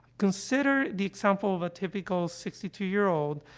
consider the example of a typical sixty two year old,